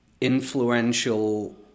influential